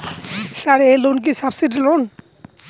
Sir এই loan কি subsidy loan?